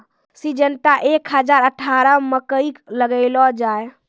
Syngenta एक हजार अठारह मकई लगैलो जाय?